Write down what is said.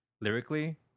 lyrically